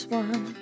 one